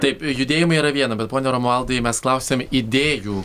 taip judėjimai yra viena bet pone romualdai mes klausiam idėjų